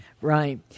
Right